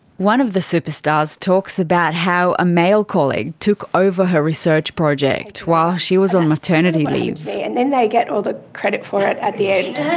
one of the superstars talks about how a male colleague took over her research project while she was on maternity leave. and then they get all the credit for it at the end. and